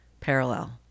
parallel